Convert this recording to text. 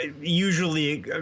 usually